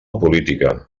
política